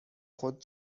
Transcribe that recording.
خود